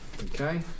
Okay